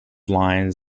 lines